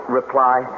reply